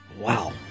Wow